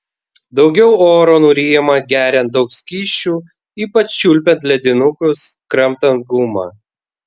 daugiau oro nuryjama geriant daug skysčių ypač čiulpiant ledinukus kramtant gumą